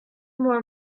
more